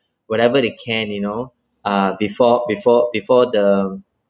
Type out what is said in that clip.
whatever they can you know uh before before before the